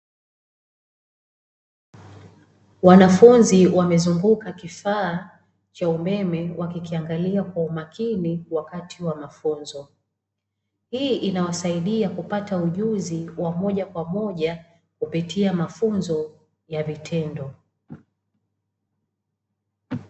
Wanafunzi wamezunguka kifaa cha umeme wakikiangalia kwa uamakini wakati wa mafunzo. Hii inawasaidia kupata ujuzi wa moja kwa moja kupitia mafunzo ya vitendo.